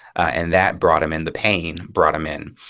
and that brought him and the pain brought him in.